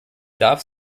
darf